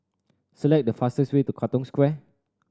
select the fastest way to Katong Square